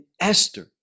Esther